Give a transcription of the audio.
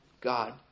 God